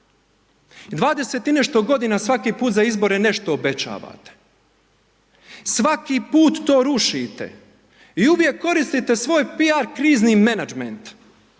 20 i nešto godina svaki put za izbore nešto obećavate, svaki put to rušite i uvijek koristite svoj piar krizni menadžment,